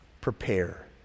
Prepare